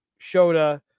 Shota